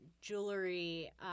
jewelry